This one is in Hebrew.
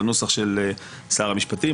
בנוסח של שר המשפטים,